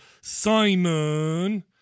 Simon